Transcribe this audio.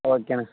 ஓகேண்ணா